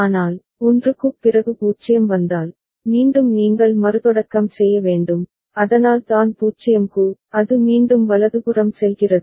ஆனால் 1 க்குப் பிறகு 0 வந்தால் மீண்டும் நீங்கள் மறுதொடக்கம் செய்ய வேண்டும் அதனால் தான் 0 க்கு அது மீண்டும் வலதுபுறம் செல்கிறது